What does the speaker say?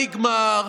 נגמר,